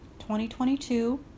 2022